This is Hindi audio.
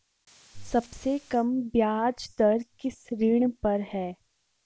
सबसे कम ब्याज दर किस ऋण पर है?